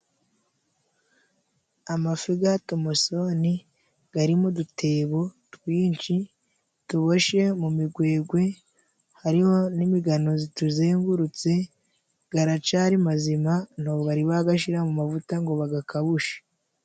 Amafi ya tomusoni ari mu dutebo twinshi tuboshye mu migwegwe, hariho n'imigano zituzengurutse, aracyari mazima ntabwo bari bayashyira mu mavuta ngo bayakawushe.